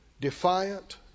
defiant